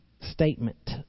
statement